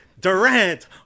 Durant